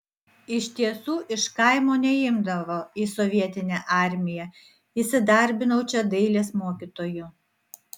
iš tiesų iš kaimo neimdavo į sovietinę armiją įsidarbinau čia dailės mokytoju